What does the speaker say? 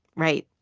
right.